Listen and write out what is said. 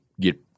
get